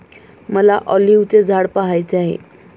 मला ऑलिव्हचे झाड पहायचे आहे